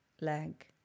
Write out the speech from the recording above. leg